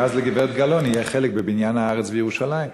ואז לגברת גלאון יהיה חלק בבניין הארץ וירושלים.